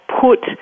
put